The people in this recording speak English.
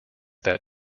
that